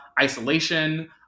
isolation